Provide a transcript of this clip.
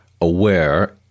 aware